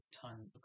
ton